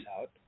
out